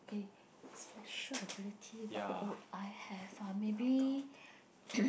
okay special ability what would I have ah maybe